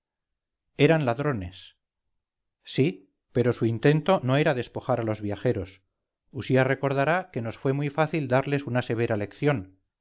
eran ladrones sí pero su intento no era despojar a los viajeros usía recordará que nos fue muy fácil darles una severa lección